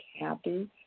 happy